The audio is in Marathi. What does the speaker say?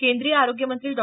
केंद्रीय आरोग्य मंत्री डॉ